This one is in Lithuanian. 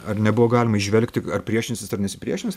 ar nebuvo galima įžvelgti ar priešinsis ir nesipriešins